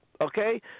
Okay